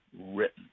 written